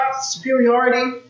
superiority